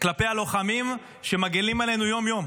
כלפי הלוחמים שמגינים עלינו יום-יום,